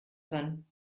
dran